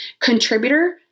contributor